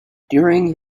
during